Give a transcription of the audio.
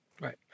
right